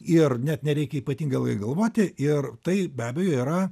ir net nereikia ypatingai ilgai galvoti ir tai be abejo yra